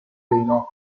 reno